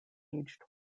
age